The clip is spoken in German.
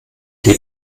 die